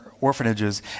orphanages